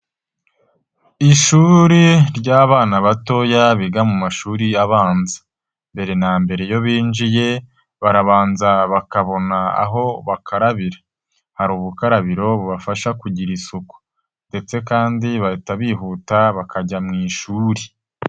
Ishuri ry'abana batoya biga mu mashuri abanza mbere na mbere iyo binjiye barabanza bakabona aho bakarabira hari ubukarabiro bubafasha kugira isuku ndetse kandi bahita bihuta bakajya mu ishuri.